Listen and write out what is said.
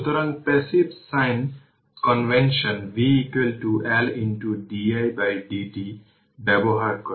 সুতরাং passive sign convention v L didt ব্যবহার করে